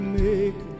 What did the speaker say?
make